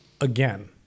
Again